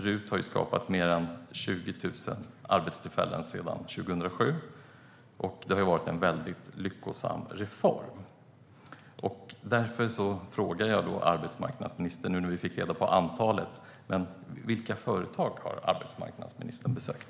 RUT har skapat mer än 20 000 arbetstillfällen sedan 2007, och det har varit en väldigt lyckosam reform. Därför frågar jag: Vilka företag har arbetsmarknadsministern besökt?